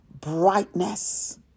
brightness